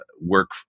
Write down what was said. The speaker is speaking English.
work